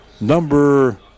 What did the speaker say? number